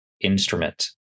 instrument